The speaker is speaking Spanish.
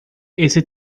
ese